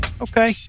okay